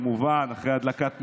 אנחנו מגיעים, כמובן, אחרי הדלקת נרות.